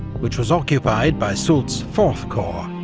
which was occupied by soult's fourth corps,